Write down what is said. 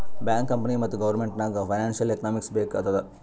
bank, company ಮತ್ತ government ನಾಗ್ financial economics ಬೇಕ್ ಆತ್ತುದ್